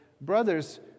brothers